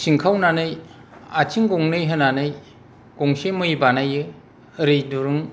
सिनखावनानै आथिं गंनै होनानै गंसे मै बानायो ओरै दुरुं